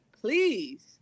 please